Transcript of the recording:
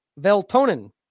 Veltonen